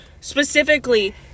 specifically